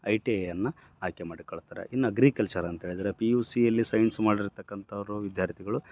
I T ಐಯನ್ನ ಆಯ್ಕೆ ಮಾಡಿಕೋಳ್ತಾರೆ ಇನ್ನ ಅಗ್ರಿಕಲ್ಚರ್ ಅಂತ ಹೇಳಿದರೆ ಪಿ ಯು ಸಿಯಲ್ಲಿ ಸೈನ್ಸ್ ಮಾಡಿರ್ತಕ್ಕಂಥವ್ರು ವಿದ್ಯಾರ್ಥಿಗಳು